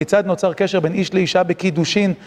כיצד נוצר קשר בין איש לאישה בקידושין?